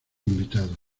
invitado